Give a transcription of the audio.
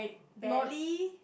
badly